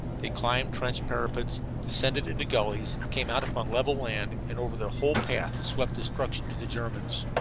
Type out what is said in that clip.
they climbed trench parapets, descended into gullies, came out upon level land, and over their whole path swept destruction to the germans.